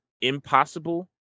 impossible